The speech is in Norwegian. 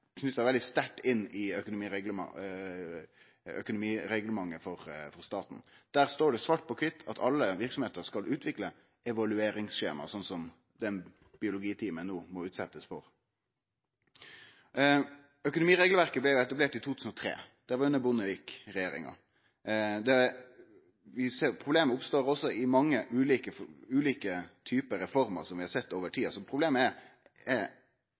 veldig sterkt til økonomireglementet for staten. Der står det svart på kvitt at alle verksemder skal utvikle evalueringsskjema, sånn som den biologitimen no må utsetjast for. Økonomiregelverket blei etablert i 2003. Det var under Bondevik-regjeringa. Vi ser at problema oppstår i mange ulike typar reformer – som vi har sett over tid.